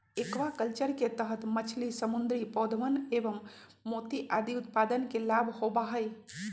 aquaculture के तहद मछली, समुद्री पौधवन एवं मोती आदि उत्पादन के लाभ होबा हई